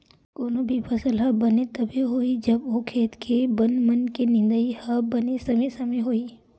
कोनो भी फसल ह बने तभे होही जब ओ खेत के बन मन के निंदई ह बने समे समे होही